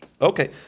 Okay